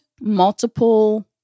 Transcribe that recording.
multiple